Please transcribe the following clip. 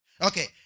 Okay